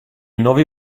nuovi